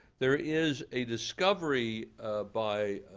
there is a discovery by